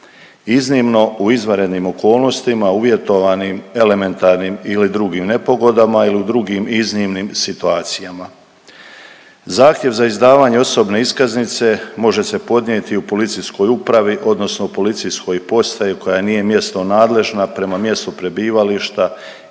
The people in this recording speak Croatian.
iznimno u izvanrednim okolnostima uvjetovanim elementarnim ili drugim nepogodama ili u drugim iznimnim situacijama. Zahtjev za izdavanje osobne iskaznice može se podnijeti u policijskoj upravi odnosno policijskoj postaji koja nije mjesno nadležna prema mjestu prebivališta